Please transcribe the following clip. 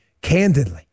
candidly